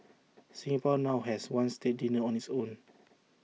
Singapore now has one state dinner on its own